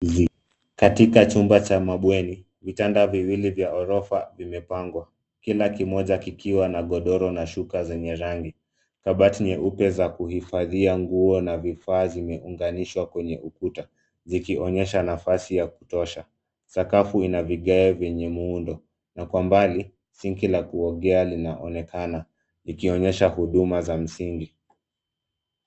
Katika chumba cha mabweni vitanda viwili vya ghorofa vimepangwa, kila kimoja kikiwa na godoro na shuka zenye rangi. Kabati nyeupe za kuhifadhia nguo na vifaa zimeunganishwa kwenye ukuta, zikionyesha nafasi ya kutosha. Sakafu ina vigae vyenye muundo na kwa mbali sinki la kuogea linaonekana, likionyesha huduma za msingi.